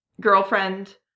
girlfriend